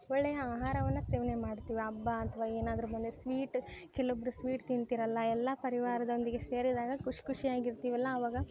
ಒಳ್ಳೆಯ ಆಹಾರವನ್ನು ಸೇವನೆ ಮಾಡ್ತೀವಿ ಹಬ್ಬ ಅಥ್ವಾ ಏನಾದರೂ ಬಂದರೆ ಸ್ವೀಟ್ ಕೆಲ್ವೊಬ್ರು ಸ್ವೀಟ್ ತಿಂತೀರಲ್ಲ ಎಲ್ಲ ಪರಿವಾರದೊಂದಿಗೆ ಸೇರಿದಾಗ ಖುಷಿ ಖುಷಿಯಾಗಿ ಇರ್ತೀವಲ್ಲ ಅವಾಗ